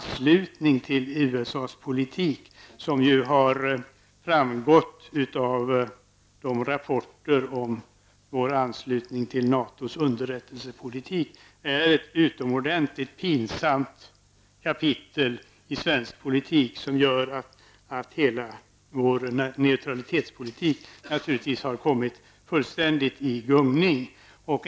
Rapporter har kommit om Sveriges anslutning till NATOs underrättelsepolitik. Det är ett utomordentligt pinsamt kapitel i svensk politik som gör att hela vår neutralitetspolitik har kommit fullständigt i gungning.